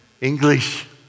English